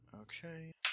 okay